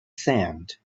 sand